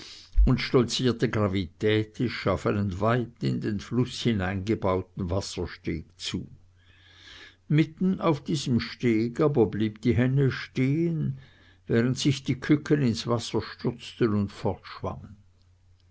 und stolzierte gravitätisch auf einen weit in den fluß hineingebauten wassersteg zu mitten auf diesem steg aber blieb die henne stehn während sich die küken ins wasser stürzten und